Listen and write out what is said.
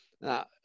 Now